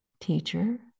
teacher